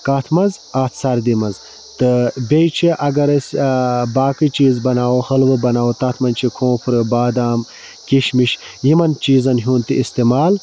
کَتھ مَنٛز اتھ سردی مَنٛز تہٕ بیٚیہِ چھُ اَگر أسۍ باقٕے چیٖز بَناوو حٔلوٕ بَناوو تتھ مَنٛز چھُ کھوٗنٛپرٕ بادام کِشمِش یِمَن چیٖزَن ہُنٛد تہِ اِستعمال